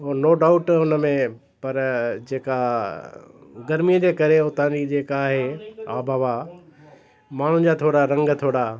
नो doubt उन में पर जेका गर्मी जे करे उतां जी जेका आहे आबुहवा माण्हुनि जा थोरा रंग थोरा